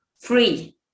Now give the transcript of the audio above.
free